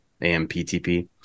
AMPTP